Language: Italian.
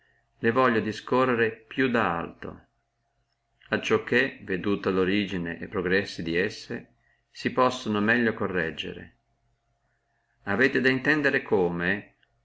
le voglio discorrere e più da alto acciò che veduto lorigine e progressi di esse si possa meglio correggerle avete dunque a intendere come